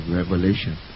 revelation